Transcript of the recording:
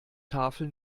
tafel